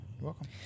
welcome